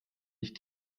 nicht